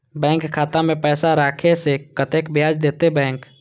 Bank खाता में पैसा राखे से कतेक ब्याज देते बैंक?